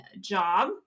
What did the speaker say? job